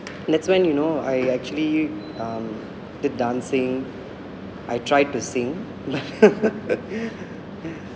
that's when you know I actually um did dancing I tried to sing